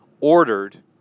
ordered